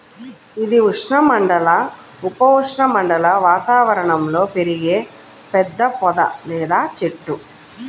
ఇది ఉష్ణమండల, ఉప ఉష్ణమండల వాతావరణంలో పెరిగే పెద్ద పొద లేదా చెట్టు